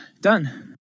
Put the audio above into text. done